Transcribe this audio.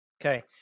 Okay